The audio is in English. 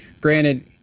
granted